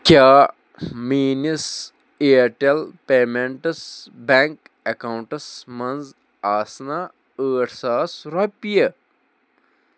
کیٛاہ میٲنِس Airtel payments bank accounts منٛز آسنہ ٲٹھ ساس رۄپیہِ